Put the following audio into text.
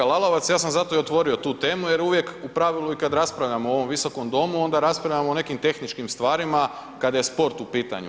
Kolega Lalovac ja sam zato i otvorio tu temu jer uvijek u pravilu i kad raspravljamo o ovom Visokom domu onda raspravljamo o nekim tehničkim stvarima je sport u pitanju.